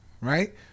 right